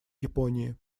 японии